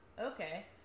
okay